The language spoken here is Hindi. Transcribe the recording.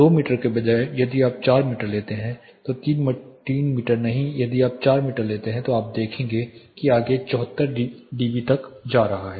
2 मीटर के बजाय यदि आप 4 मीटर लेते हैं तो 3 मीटर नहीं यदि आप 4 मीटर लेते हैं तो आप देखेंगे कि यह आगे 74 डीबी तक आ रहा है